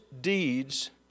deeds